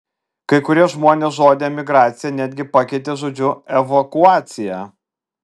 kai kurie žmonės žodį emigracija netgi pakeitė žodžiu evakuacija